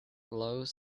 loews